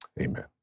amen